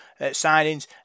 signings